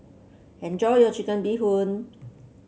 enjoy your Chicken Bee Hoon